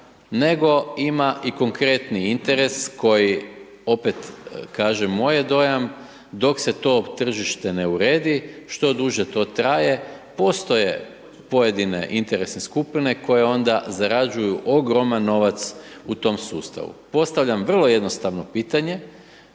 nego ima i konkretni interes koji, opet kažem moj je dojam, dok se to tržište ne uredi, što duže to traje, postoje pojedine interesne skupine koje onda zarađuju ogroman novac u tom sustavu. Postavljam vrlo jednostavno pitanje